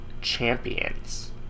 Champions